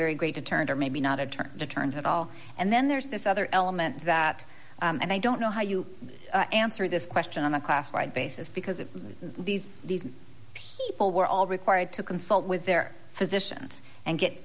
very great deterrent or maybe not a term to turn to at all and then there's this other element that i don't know how you answer this question on a classified basis because of these these people were all required to consult with their physicians and get